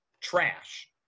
trash